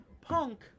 punk